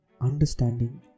understanding